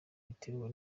biterwa